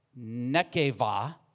nekeva